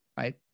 Right